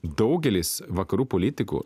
daugelis vakarų politikų